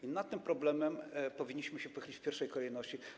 I nad tym problemem powinniśmy się pochylić w pierwszej kolejności.